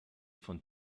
von